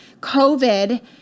COVID